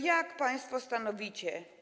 Jak państwo stanowicie?